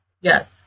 Yes